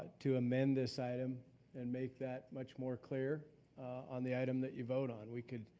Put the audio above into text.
to amend this item and make that much more clear on the item that you vote on. we could,